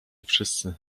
wszyscy